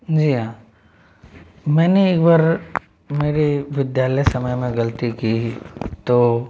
जी हाँ मैंने एक बार मेरे विद्यालय समय में गलती की तो